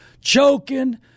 choking